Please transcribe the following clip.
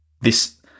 this-